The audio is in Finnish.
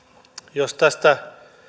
jos tästä